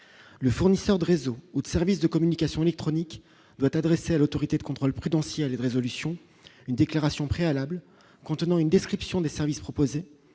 le fournisseur de réseau ou de services de communication électronique doit adresser à l'Autorité de contrôle prudentiel résolution une déclaration préalable contenant une description des services proposés